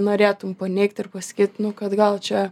norėtum paneigti ir pasakyt kad gal čia